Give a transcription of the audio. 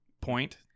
point